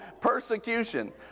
Persecution